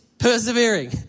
persevering